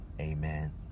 amen